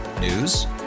News